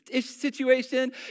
situation